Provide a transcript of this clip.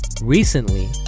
Recently